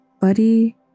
Buddy